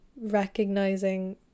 recognizing